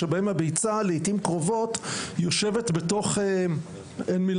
בהם הביצה לעיתים קרובות יושבת בתוך רפש.